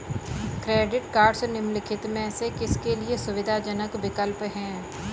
Credit cards निम्नलिखित में से किसके लिए सुविधाजनक विकल्प हैं?